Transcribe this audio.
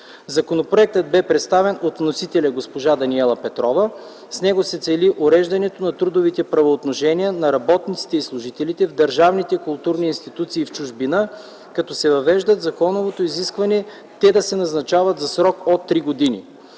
Законопроектът бе представен от съвносителя госпожа Даниела Петрова. С него се цели уреждането на трудовите правоотношения на работниците и служителите в държавните културни институти в чужбина, като се въвежда законовото изискване те да се назначават за срок от 3 години.